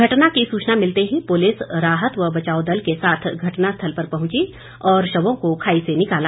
घटना की सूचना मिलते ही पुलिस राहत व बचाव दल के साथ घटना स्थल पर पहुंची और शवों को खाई से निकाला